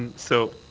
so.